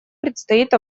предстоит